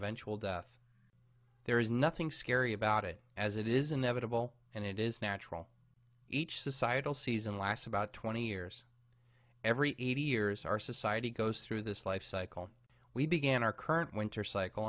eventual death there is nothing scary about it as it is inevitable and it is natural each societal season lasts about twenty years every eighty years our society goes through this life cycle we began our current winter cycle